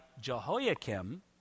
Jehoiakim